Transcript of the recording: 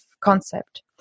concept